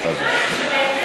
בבקשה, בכבוד.